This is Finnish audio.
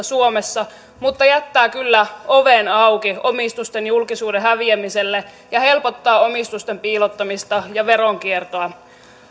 suomessa mutta jättää kyllä oven auki omistusten julkisuuden häviämiselle ja helpottaa omistusten piilottamista ja veronkiertoa